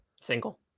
Single